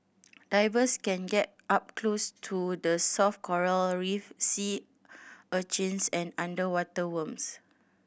divers can get up close to the soft coral reef sea urchins and underwater worms